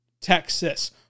Texas